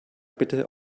bitte